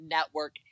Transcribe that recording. Network